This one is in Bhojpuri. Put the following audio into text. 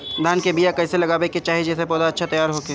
धान के बीया कइसे लगावे के चाही जेसे पौधा अच्छा तैयार होखे?